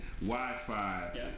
Wi-Fi